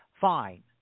fine